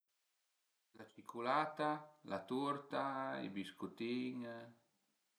La ciculata, la turta, i biscutin